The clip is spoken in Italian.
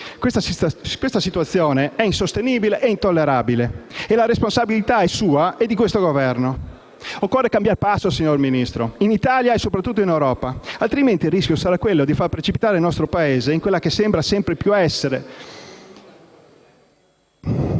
Questa situazione è insostenibile e intollerabile e la responsabilità è sua e di questo Governo. Occorre cambiare passo, signor Ministro, in Italia e soprattutto in Europa. Altrimenti, il rischio sarà quello di far precipitare il nostro Paese in quella che sembra sempre più essere